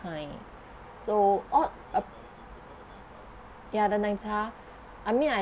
kind so all uh ya the 奶茶 I mean I